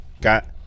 got